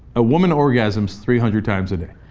a woman orgasms three hundred times a day